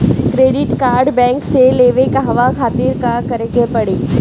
Credit card bank से लेवे कहवा खातिर का करे के पड़ी?